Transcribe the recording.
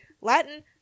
Latin